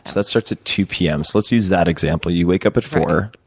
that starts at two p m. so, let's use that example. you wake up at four